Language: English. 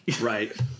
Right